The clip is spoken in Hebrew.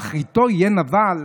"באחריתו יהיה נבל",